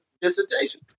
dissertation